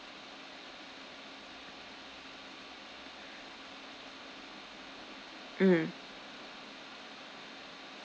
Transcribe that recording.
mm